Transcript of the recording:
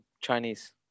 Chinese